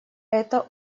это